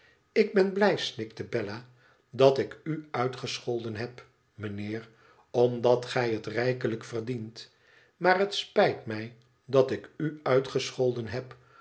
ik ben blij snikte bella dat ik u uitgescholden heb mijnheer omdat gij het rijkelijk verdient maar het spijt mij dat ik u uitgescholden heb